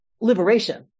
liberation